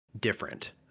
Different